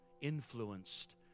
influenced